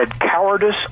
cowardice